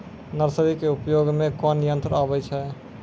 Nursery के उपयोग मे कोन यंत्र आबै छै?